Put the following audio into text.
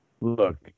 Look